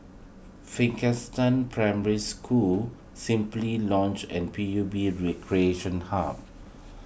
Primary School Simply Lodge and P U B Recreation Hub